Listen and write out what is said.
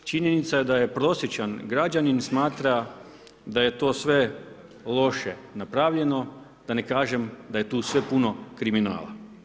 Činjenica da prosječan građanin smatra da je to sve loše napravljeno da ne kažem da je tu sve puno kriminala.